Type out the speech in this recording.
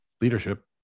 leadership